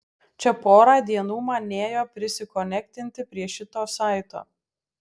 čia porą dienų man nėjo prisikonektinti prie šito saito